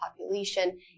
population